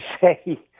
say